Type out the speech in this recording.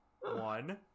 one